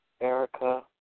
Erica